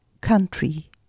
country